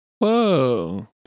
Whoa